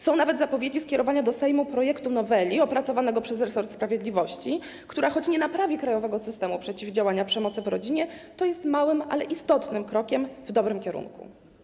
Są nawet zapowiedzi skierowania do Sejmu opracowanego przez resort sprawiedliwości projektu noweli, która choć nie naprawi krajowego systemu przeciwdziałania przemocy w rodzinie, to jest małym, ale istotnym krokiem w dobrym kierunku.